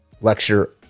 lecture